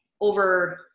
over